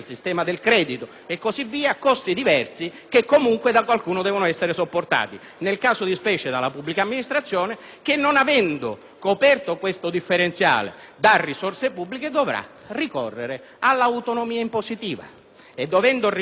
sopportati dalla pubblica amministrazione che, non avendo coperto il differenziale da risorse pubbliche, dovrà ricorrere all'autonomia impositiva; dovendo ricorrere al prelievo fiscale locale, ovviamente con il sistema delle addizionali determinerà